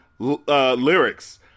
Lyrics